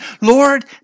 Lord